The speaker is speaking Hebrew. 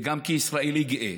וגם כישראלי גאה,